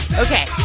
ok.